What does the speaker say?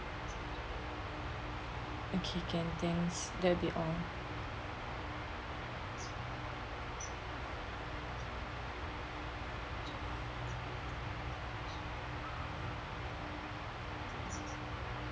okay can thanks that will be all